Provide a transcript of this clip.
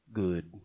good